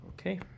Okay